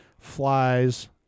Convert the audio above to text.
Flies